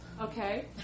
okay